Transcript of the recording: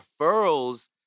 referrals